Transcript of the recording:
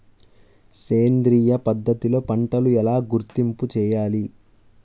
సేంద్రియ పద్ధతిలో పంటలు ఎలా గుర్తింపు చేయాలి?